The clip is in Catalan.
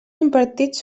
impartits